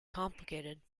complicated